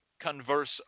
converse